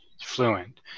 fluent